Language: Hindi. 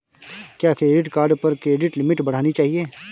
क्या क्रेडिट कार्ड पर क्रेडिट लिमिट बढ़ानी चाहिए?